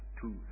two